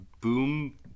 Boom